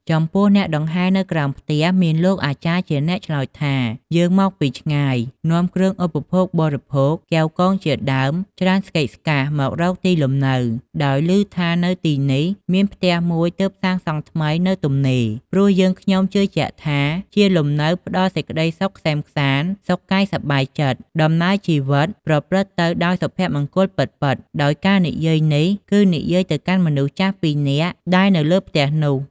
ចំពោះអ្នកដង្ហែនៅក្រោមផ្ទះ មានលោកអាចារ្យជាអ្នកឆ្លើយថា "យើងមកពីឆ្ងាយ នាំគ្រឿងឧបភោគបរិភោគ កែវកងជាដើម ច្រើនស្កេកស្កាស់មករកទីលំនៅ ដោយឮថានៅទីនេះ មានផ្ទះមួយទើបសាងសង់ថ្មីនៅទំនេរ ព្រោះយើងខ្ញុំជឿជាក់ថា ជាលំនៅផ្តល់សេចក្ដីសុខក្សេមក្សាន្ត សុខកាយសប្បាយចិត្ត ដំណើរជីវិតប្រព្រឹត្តទៅដោយសុភមង្គលពិតៗ ” ដោយការនិយាយនេះគឺនិយាយទៅកាន់មនុស្សចាស់ពីរនាកដែលនៅលើផ្ទះនោះ។